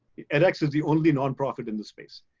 edx is the only nonprofit in this space.